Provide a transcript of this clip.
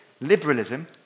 liberalism